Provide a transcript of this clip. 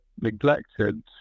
neglected